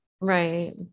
Right